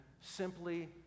simply